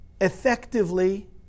effectively